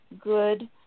good